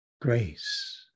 grace